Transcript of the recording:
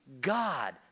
God